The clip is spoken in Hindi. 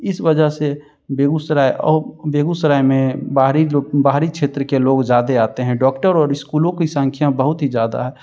इस वजह से बेगूसराय और बेगूसराय में बाहरी बाहरी क्षेत्र के लोग ज्यादे आते हैं डॉक्टर और स्कूलों की संख्या बहुत ही ज़्यादा है